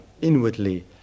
inwardly